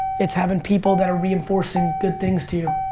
it's having people that are reinforcing good things to you.